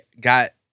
got